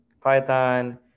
Python